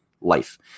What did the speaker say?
life